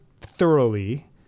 thoroughly